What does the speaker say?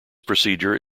procedure